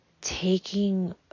taking